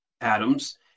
atoms